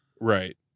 Right